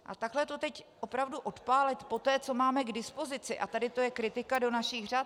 A takhle to teď opravdu odpálit poté, co máme k dispozici, nelze a tady to je kritika do našich řad.